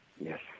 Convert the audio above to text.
yes